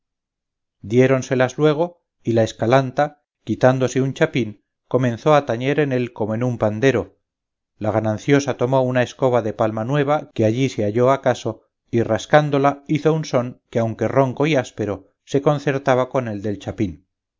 amigos diéronselas luego y la escalanta quitándose un chapín comenzó a tañer en él como en un pandero la gananciosa tomó una escoba de palma nueva que allí se halló acaso y rascándola hizo un son que aunque ronco y áspero se concertaba con el del chapín